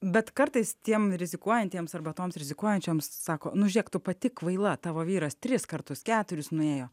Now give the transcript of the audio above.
bet kartais tiem rizikuojantiems arba toms rizikuojančioms sako nu žėk tu pati kvaila tavo vyras tris kartus keturis nuėjo